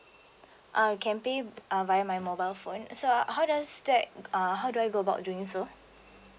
I can pay uh via my mobile phone so how do I uh how do I go about doing so